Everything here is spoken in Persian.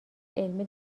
علمی